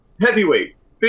heavyweights